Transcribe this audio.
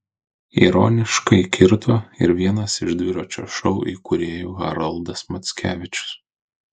ironiškai kirto ir vienas iš dviračio šou įkūrėjų haroldas mackevičius